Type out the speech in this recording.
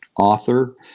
author